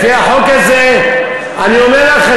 לפי החוק הזה אני אומר לך,